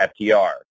FTR